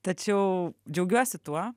tačiau džiaugiuosi tuo